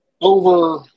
over